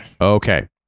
Okay